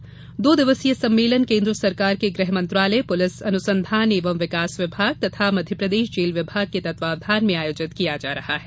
ये दो दिवसीय सम्मेलन में केन्द्र सरकार के गृह मंत्रालय पुलिस अनुसंधान एवं विकास विभाग तथा मध्यप्रदेश जेल विभाग के तत्वाधान में आयोजित किया जा रहा है